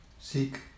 Seek